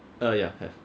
uh ya have